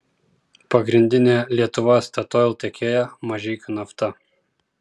pagrindinė lietuva statoil tiekėja mažeikių nafta